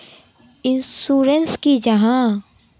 Insurance की जाहा?